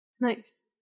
Nice